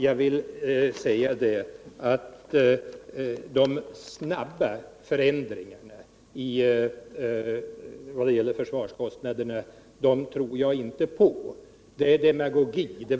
Jag tror inte mycket på snabba förändringar av försvarskostnaderna.